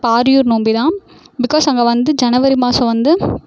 பாரியூர் நோம்பி தான் பிக்காஸ் அங்கே வந்து ஜனவரி மாதம் வந்து